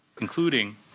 including